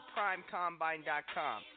PrimeCombine.com